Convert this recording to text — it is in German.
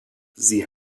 sie